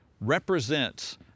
represents